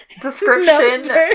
description